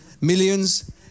Millions